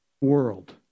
world